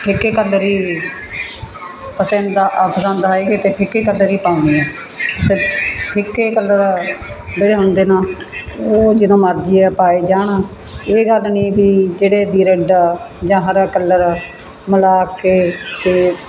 ਫਿੱਕੇ ਕਲਰ ਹੀ ਪਸੰਦ ਆ ਪਸੰਦ ਹੈਗੇ ਅਤੇ ਫਿੱਕੇ ਕਲਰ ਹੀ ਪਾਉਂਦੀ ਹਾਂ ਫਿੱਕੇ ਕਲਰ ਜਿਹੜੇ ਹੁੰਦੇ ਨੇ ਉਹ ਜਦੋਂ ਮਰਜ਼ੀ ਆ ਪਾਏ ਜਾਣ ਇਹ ਗੱਲ ਨਹੀਂ ਵੀ ਜਿਹੜੇ ਵੀ ਰੈਡ ਆ ਜਾਂ ਹਰਾ ਕਲਰ ਆ ਮਿਲਾ ਕੇ ਅਤੇ